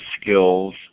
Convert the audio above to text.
skills